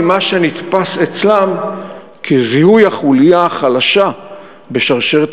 ממה שנתפס אצלם כזיהוי החוליה החלשה בשרשרת